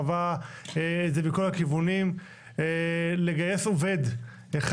חווה את זה מכל הכיוונים - לגייס עובד אחד,